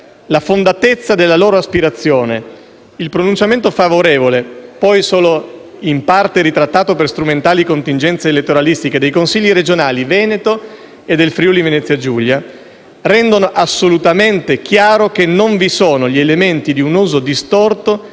la fondatezza della loro aspirazione, il pronunciamento favorevole, poi solo in parte ritrattato per strumentali contingenze elettoralistiche, dei Consigli regionali del Veneto e del Friuli-Venezia Giulia, rendono assolutamente chiaro che non vi sono gli elementi di un uso distorto